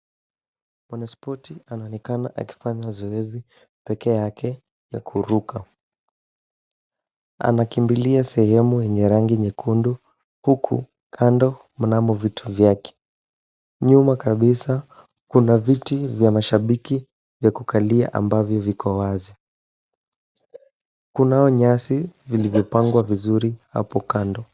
Mwanaspoti anaonekana akifanya zoezi pekeake la kuruka. Anakimbilia sehemu yenye rangi nyekundu huku kando mnamo vitu vyake. Nyuma kabisa Kuna viti vya mashabiki vya kukalia ambavyo viko wazi. Kunazo nyasi zilizopangwa vizuri hapo kando.